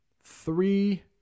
three